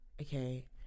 okay